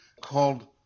called